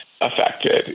affected